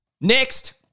next